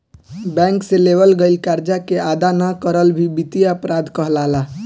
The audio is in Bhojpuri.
बैंक से लेवल गईल करजा के अदा ना करल भी बित्तीय अपराध कहलाला